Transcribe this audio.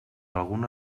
alguna